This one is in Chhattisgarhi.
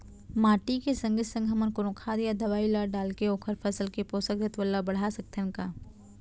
माटी के संगे संग हमन कोनो खाद या दवई ल डालके ओखर फसल के पोषकतत्त्व ल बढ़ा सकथन का?